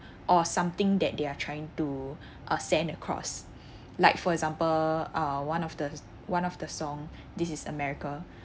or something that they are trying to uh send across like for example uh one of the one of the song this is america